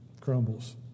crumbles